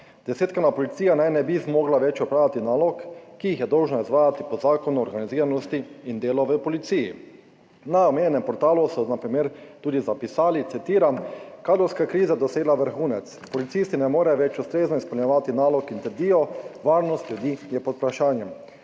Zdesetkana policija naj ne bi zmogla več opravljati nalog, ki jih je dolžna izvajati po Zakonu o organiziranosti in delu v policiji. Na omenjenem portalu so na primer tudi zapisali, citiram: »Kadrovska kriza je dosegla vrhunec. Policisti ne morejo več ustrezno izpolnjevati nalog in trdijo: varnost ljudi je pod vprašanjem.